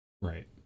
right